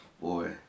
boy